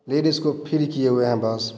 ladies को free किए हुए हैं बस